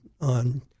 on